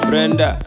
Brenda